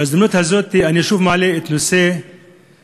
בהזדמנות הזאת אני שוב מעלה את נושא הריסת